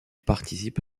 participe